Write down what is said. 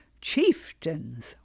chieftains